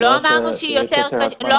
לא אמרתי שהיא יותר קשה.